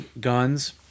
guns